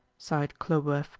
sighed khlobuev,